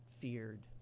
feared